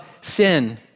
sin